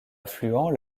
affluent